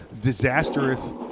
disastrous